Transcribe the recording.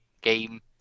game